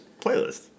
playlist